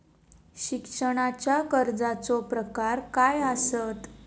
शिक्षणाच्या कर्जाचो प्रकार काय आसत?